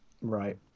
Right